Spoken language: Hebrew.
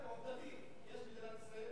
עובדתית: יש מדינת ישראל,